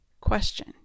Question